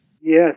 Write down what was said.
Yes